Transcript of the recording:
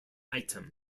item